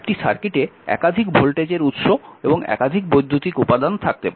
একটি সার্কিটে একাধিক ভোল্টেজের উত্স এবং একাধিক বৈদ্যুতিক উপাদান থাকতে পারে